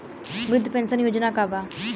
वृद्ध पेंशन योजना का बा?